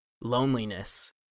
loneliness